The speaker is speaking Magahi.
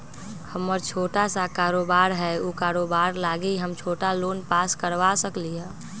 हमर छोटा सा कारोबार है उ कारोबार लागी हम छोटा लोन पास करवा सकली ह?